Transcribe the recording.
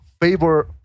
favor